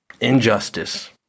injustice